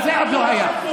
זה עוד לא היה,